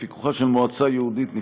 בפיקוחה של מועצה ייעודית נפרדת,